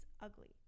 ugly